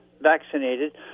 vaccinated